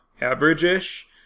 average-ish